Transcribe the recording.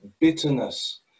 bitterness